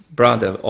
brother